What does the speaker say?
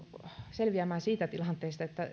selviämään siitä tilanteesta